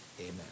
Amen